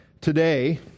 today